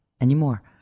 anymore